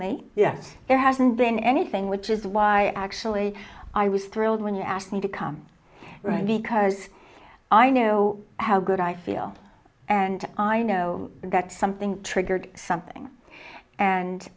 me yet there hasn't been anything which is why actually i was thrilled when you asked me to come right because i know how good i feel and i know that something triggered something and